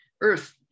Earth